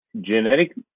Genetic